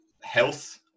health